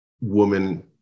woman